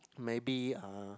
maybe um